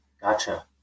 Gotcha